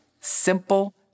simple